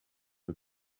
the